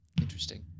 Interesting